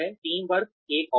team work एक और है